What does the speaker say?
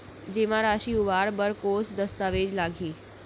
जेमा राशि उबार बर कोस दस्तावेज़ लागही?